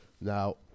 Now